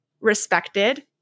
respected